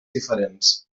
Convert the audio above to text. diferents